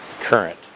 current